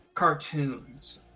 cartoons